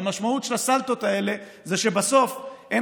והמשמעות של הסלטות האלה היא שבסוף אין